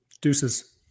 Deuces